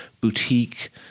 boutique